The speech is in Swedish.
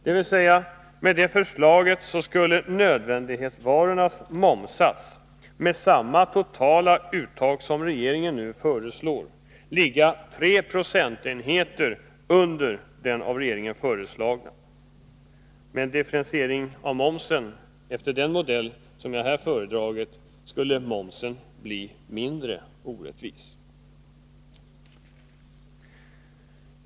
Med detta förslag skulle alltså momssatsen för nödvändighetsvarorna — med samma totala uttag för momsen som regeringen nu föreslår — ligga tre procentenheter under den av regeringen föreslagna. Med en differentiering av momsen efter den modell som jag här föredragit skulle momsen bli mindre orättvis.